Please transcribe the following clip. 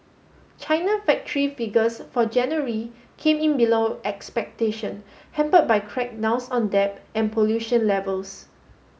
China factory figures for January came in below expectation hampered by crackdowns on debt and pollution levels